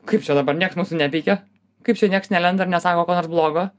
kaip čia dabar nieks mūsų nepeikia kaip čia nieks nelenda ir nesako ko nors blogo